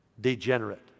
degenerate